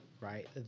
right